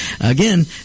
again